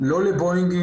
לא בואינג,